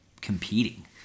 competing